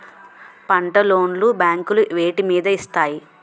పంట లోన్ లు బ్యాంకులు వేటి మీద ఇస్తాయి?